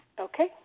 Okay